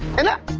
and